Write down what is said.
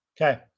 Okay